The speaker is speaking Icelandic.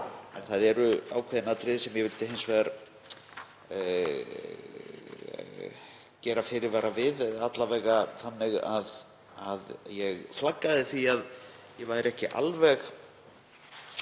það eru ákveðin atriði sem ég vildi hins vegar gera fyrirvara við, alla vega þannig að ég flaggaði því að ég væri ekki alveg